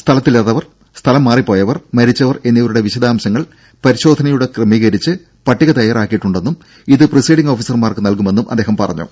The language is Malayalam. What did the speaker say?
സ്ഥലത്തില്ലാത്തവർ സ്ഥലം മാറിപ്പോയവർ മരിച്ചവർ എന്നിവരുടെ വിശദാംശങ്ങൾ പരിശോധനയിലൂടെ ക്രമീകരിച്ച് പട്ടിക തയ്യാറാക്കിയിട്ടുണ്ടെന്നും ഇത് പ്രിസൈഡിങ് ഓഫീസർമാർക്ക് നൽകുമെന്നും അദ്ദേഹം പറഞ്ഞു